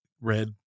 Red